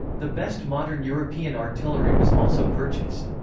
the best modern european artillery was also purchased.